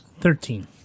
Thirteen